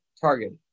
Target